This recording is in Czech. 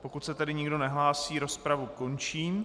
Pokud se tedy nikdo nehlásí, rozpravu končím.